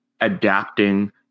adapting